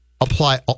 apply